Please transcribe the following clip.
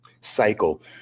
cycle